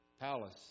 palace